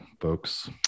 folks